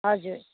हजुर